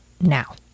now